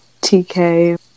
tk